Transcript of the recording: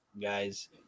guys